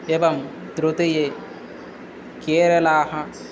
एवं तृतीयः केरलः